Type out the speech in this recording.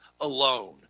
alone